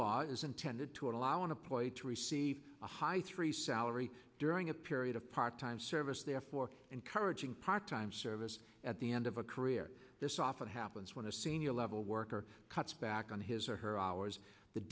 law is intended to allow want to play to receive a high three salary during a period of part time service therefore encouraging part time service at the end of a career this often happens when a senior level worker cuts back on his or her hours the